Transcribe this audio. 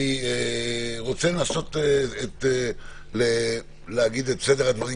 אני רוצה לנסות להגיד את סדר הדברים,